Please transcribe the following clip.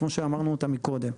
כמו שאמרנו אותה מקודם,